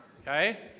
okay